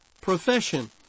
profession